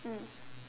mm